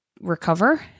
recover